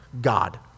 God